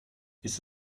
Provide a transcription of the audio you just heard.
ist